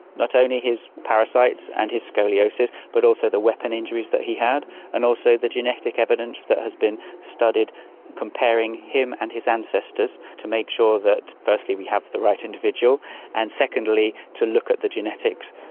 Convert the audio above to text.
not only his parasites and his scoliosis but also the weapon injuries that he had and also the genetic evidence that has been studied comparing him and his ancestors to make sure that firstly we have the right individual and secondly to look at the genetics.